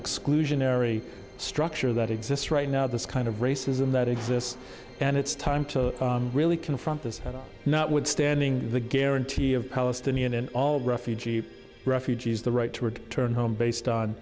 exclusionary structure that exists right now this kind of racism that exists and it's time to really confront this not withstanding the guarantee of palestinian and all refugee refugees the right to return home based on